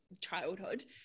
childhood